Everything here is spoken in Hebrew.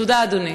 תודה, אדוני.